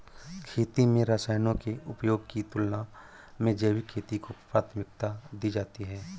खेती में रसायनों के उपयोग की तुलना में जैविक खेती को प्राथमिकता दी जाती है